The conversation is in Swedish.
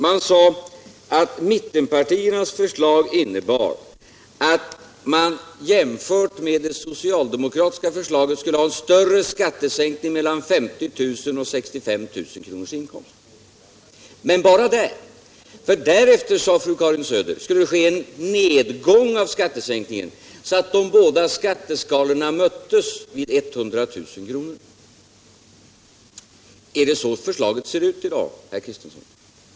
Man sade att mittenpartiernas förslag innebar att man jämfört med det socialdemokratiska förslaget skulle ha större skattesänkning mellan 50 000 och 65 000 kr. inkomst. Men bara där. För därefter, sade fru Karin Söder, skulle det ske en nedgång av skattesänkningen så att de båda skatteskalorna möttes vid 100 000 kr. Är det så förslaget ser ut i dag herr Kristiansson?